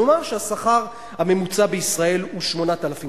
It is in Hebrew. נאמר שהשכר הממוצע בישראל הוא 8,000 שקל.